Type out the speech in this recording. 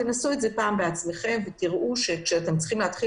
תנסו את זה פעם בעצמכם ותראו שאם תצטרכו